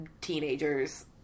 teenagers